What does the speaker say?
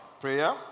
Prayer